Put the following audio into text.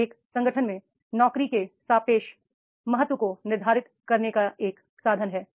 यह एक संगठन में नौकरी के सापेक्ष महत्व को निर्धारित करने का एक साधन है